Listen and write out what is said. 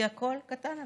כי הכול קטן עליך,